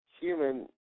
human